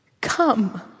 come